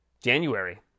January